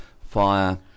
fire